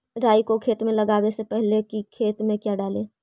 राई को खेत मे लगाबे से पहले कि खेत मे क्या डाले?